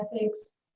ethics